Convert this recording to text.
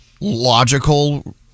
logical